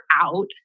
out